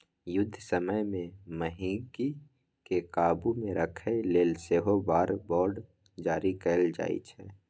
युद्ध समय मे महगीकेँ काबु मे राखय लेल सेहो वॉर बॉड जारी कएल जाइ छै